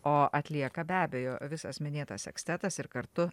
o atlieka be abejo visas minėtas sekstetas ir kartu